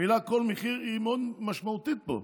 המילה "כל מחיר" היא מאוד משמעותית פה.